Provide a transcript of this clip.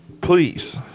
Please